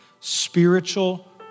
spiritual